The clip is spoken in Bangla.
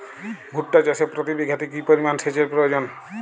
ভুট্টা চাষে প্রতি বিঘাতে কি পরিমান সেচের প্রয়োজন?